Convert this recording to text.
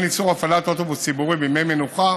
איסור הפעלת אוטובוס ציבורי בימי מנוחה